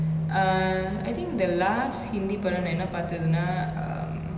err I think the last hindi படோ நா என்ன பாத்ததுனா:pado na enna paathathunaa um